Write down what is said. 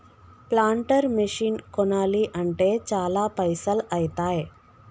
planter machine కొనాలి అంటే చాల పైసల్ ఐతాయ్